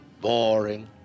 boring